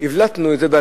הבלטנו את זה,